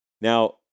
Now